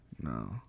No